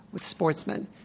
with sportsmen.